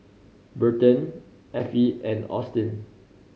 Burton Affie and Austyn